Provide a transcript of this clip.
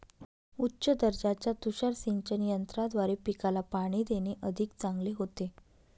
उच्च दर्जाच्या तुषार सिंचन यंत्राद्वारे पिकाला पाणी देणे अधिक चांगले होते